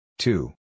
Two